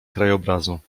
krajobrazu